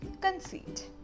Conceit